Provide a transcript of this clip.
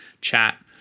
chat